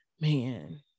man